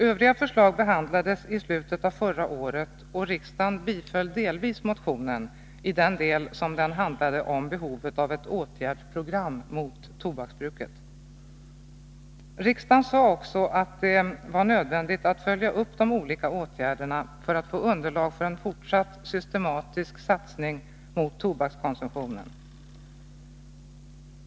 Övriga förslag behandlades i slutet av förra året, och riksdagen biföll delvis motionen i den del den handlade om behovet av ett åtgärdsprogram mot tobaksbruket. Riksdagen sade också att det var nödvändigt att följa upp de olika åtgärderna för att få underlag för en fortsatt systematisk satsning mot tobakskonsumtionen.